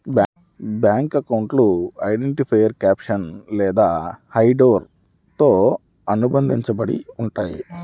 bank అకౌంట్లు identifier caption లేదా హెడర్తో అనుబంధించబడి ఉంటయ్యి